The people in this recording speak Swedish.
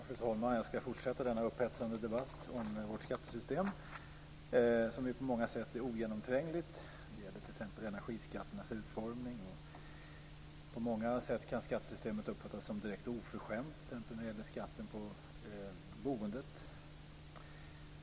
Fru talman! Jag ska fortsätta denna upphetsande debatt om vårt skattesystem som på många sätt är ogenomträngligt. Det gäller t.ex. energiskatternas utformning. Skattesystemet kan på många sätt uppfattas som direkt oförskämt. Det gäller t.ex. skatten på boendet.